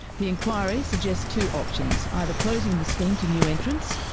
the inquiry suggests two options either closing the scheme to new entrants,